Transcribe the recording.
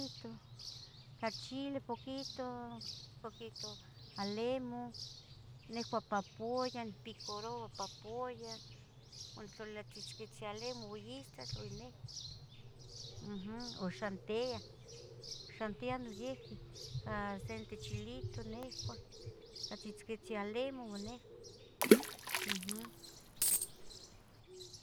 Ito ca chile poquito, poquito alemu, nihcua papuya, nicpicaroua papuya ua nictlalilia tzocotzi alemu ua istal ua ya necua, uhm u xantiah, xantia noyihqui, a senteh chilito nihcua, ca tzihtziquetzi alemu ua nihcua uhm.